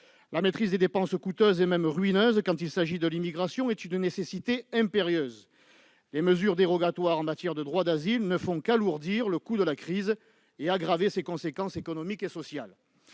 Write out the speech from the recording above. La maîtrise des dépenses coûteuses, et même ruineuses quand il s'agit de l'immigration, est une nécessité impérieuse. Les mesures dérogatoires en matière de droit d'asile ne font qu'alourdir le coût de la crise et aggraver ses conséquences économiques et sociales.